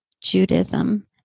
Judaism